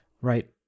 Right